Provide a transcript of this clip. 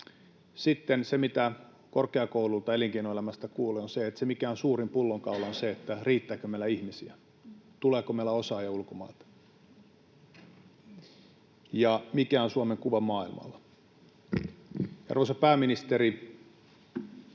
Sitten se, mitä korkeakouluilta, elinkeinoelämästä, kuulee, on se, että se, mikä on suurin pullonkaula, on se, riittääkö meillä ihmisiä, tuleeko meillä osaajia ulkomailta ja mikä on Suomen kuva maailmalla. Arvoisa pääministeri,